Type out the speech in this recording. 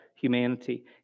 humanity